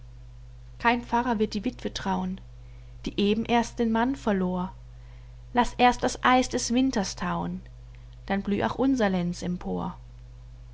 kein pfarrer wird die wittwe trauen die eben erst den mann verlor laß erst das eis des winters thauen dann blüh auch unser lenz empor